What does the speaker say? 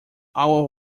all